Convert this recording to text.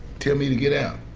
tell me to get out.